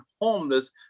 homeless